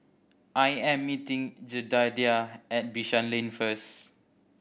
I am meeting Jedidiah at Bishan Lane first